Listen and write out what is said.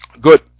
Good